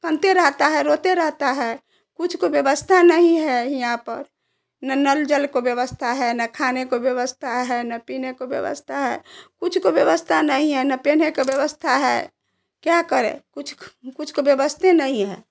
कानते रहता है रोते रहता है कुछ को व्यवस्था नहीं है यहाँ पर ना नल जल को व्यवस्था है ना खाने को व्यवस्था है ना पीने को व्यवस्था है कुछ तो व्यवस्था नहीं है ना पहनने का व्यवस्था है क्या करे कुछ का व्यवस्था नहीं है